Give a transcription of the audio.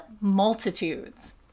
multitudes